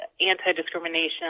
anti-discrimination